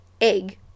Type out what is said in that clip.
egg